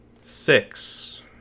six